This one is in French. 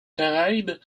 caraïbes